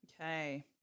Okay